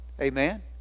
Amen